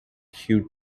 hued